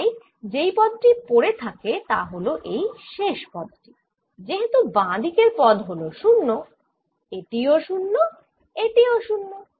তাই যেই পদ টি পড়ে থাকে তা হল এই শেষ পদ টি যেহেতু বাঁ দিকের পদ হল 0 এটিও 0 এটিও 0